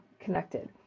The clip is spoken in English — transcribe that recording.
connected